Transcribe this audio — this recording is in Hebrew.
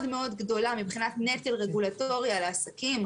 מאוד גדולה מבחינת נטל רגולטורי על העסקים.